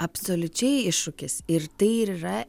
absoliučiai iššūkis ir tai ir yra